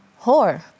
whore